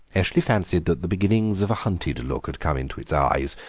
eshley fancied that the beginnings of a hunted look had come into its eyes,